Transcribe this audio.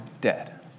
dead